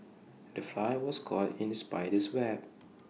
the fly was caught in the spider's web